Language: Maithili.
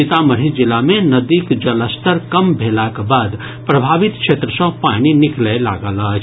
सीतामढ़ी जिला मे नदीक जलस्तर कम भेलाक बाद प्रभावित क्षेत्र सँ पानि निकलय लागल अछि